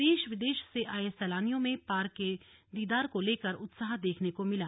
देश विदेश से आए सैलानियों में पार्क के दीदार को लेकर उत्साह देखने को मिला